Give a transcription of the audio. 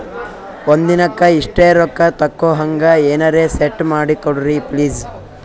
ಒಂದಿನಕ್ಕ ಇಷ್ಟೇ ರೊಕ್ಕ ತಕ್ಕೊಹಂಗ ಎನೆರೆ ಸೆಟ್ ಮಾಡಕೋಡ್ರಿ ಪ್ಲೀಜ್?